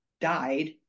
died